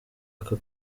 aka